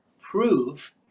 prove